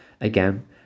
Again